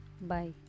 bye